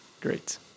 Great